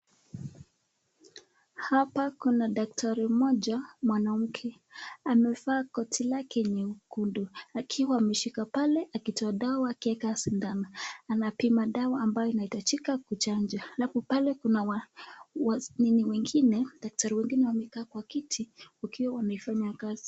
Hapa kuna daktari mmoja mwanamke amevaa koti lake nyekundu akiwa ameshika pale akitoa dawa akieka sindano anapima dawa ambayo inahitajika kuchanja napo kuna wa nini wengine daktari wengine wamekaa kwa kiti wakiwa wamefanya kazi.